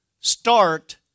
start